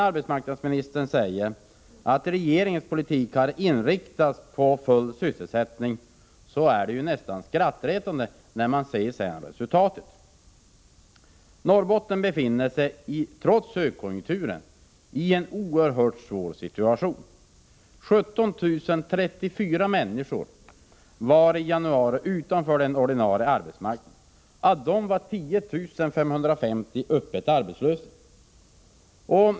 Arbetsmarknadsministern säger att regeringens politik har inriktats på full sysselsättning. De resultat som uppnåtts är mot den bakgrunden närmast skrattretande. Norrbotten befinner sig trots högkonjunkturen i en oerhört svår situation. I januari var 17 034 människor utanför den ordinarie arbetsmarknaden. Av dem var 10 550 öppet arbetslösa.